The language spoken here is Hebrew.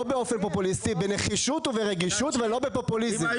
בנחישות וברגישות ולא בפופוליזם,